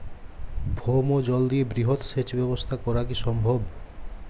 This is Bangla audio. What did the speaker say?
ভৌমজল দিয়ে বৃহৎ সেচ ব্যবস্থা করা কি সম্ভব?